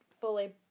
Fully